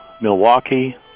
Milwaukee